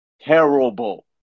Terrible